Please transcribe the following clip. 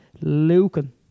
Lucan